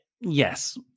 yes